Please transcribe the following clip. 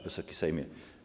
Wysoki Sejmie!